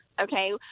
Okay